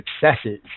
successes